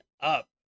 up